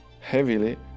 heavily